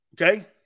Okay